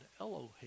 Elohim